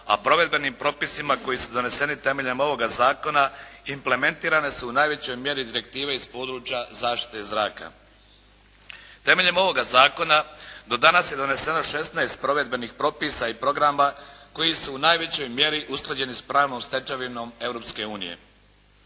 a provedbenim propisima koji su doneseni temeljem ovoga zakona implementirane su u najvećoj mjeri direktive iz područja zaštite zraka. Temeljem ovoga zakona, do danas je doneseno 16 provedbenih propisa i programa koji su u najvećoj mjeri usklađene s pravnom stečevinom